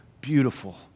beautiful